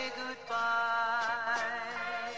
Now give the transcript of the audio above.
goodbye